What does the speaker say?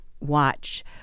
watch